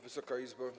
Wysoka Izbo!